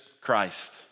Christ